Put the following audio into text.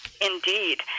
indeed